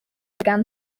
began